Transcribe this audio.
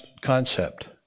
concept